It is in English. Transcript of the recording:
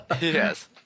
Yes